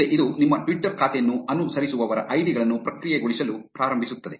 ಮುಂದೆ ಇದು ನಿಮ್ಮ ಟ್ವಿಟರ್ ಖಾತೆಯನ್ನು ಅನುಸರಿಸುವವರ ಐಡಿ ಗಳನ್ನು ಪ್ರಕ್ರಿಯೆಗೊಳಿಸಲು ಪ್ರಾರಂಭಿಸುತ್ತದೆ